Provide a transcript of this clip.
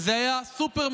וזה היה סופר-משמעותי.